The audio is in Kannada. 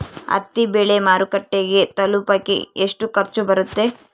ಹತ್ತಿ ಬೆಳೆ ಮಾರುಕಟ್ಟೆಗೆ ತಲುಪಕೆ ಎಷ್ಟು ಖರ್ಚು ಬರುತ್ತೆ?